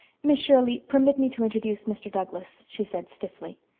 miss shirley, permit me to introduce mr. douglas, she said stiffly.